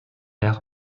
ère